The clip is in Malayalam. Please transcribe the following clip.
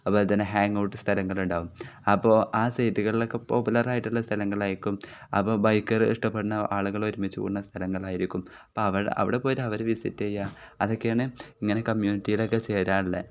അതുപോലെ തന്നെ ഹാങ് ഔട്ട് സ്ഥലങ്ങൾ ഉണ്ടാകും അപ്പോൾ ആ സൈറ്റുകളിലൊക്കെ പോപ്പുലർ ആയിട്ടുള്ള സ്ഥലങ്ങളായിരിക്കും അപ്പം ബൈക്കിങ്ങ് ഇഷ്ടപ്പെടുന്ന ആളുകൾ ഒരുമിച്ച് കൂടുന്ന സ്ഥലങ്ങളായിരിക്കും അപ്പം അവ അവിടെ പോയിട്ട് അവർ വിസിറ്റ് ചെയ്യുക അതൊക്കെയാണ് ഇങ്ങനെ കമ്മ്യൂണിറ്റിയിലൊക്കെ ചേരാനുള്ള